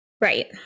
right